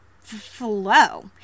flow